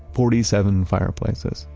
forty-seven fireplaces,